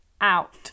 out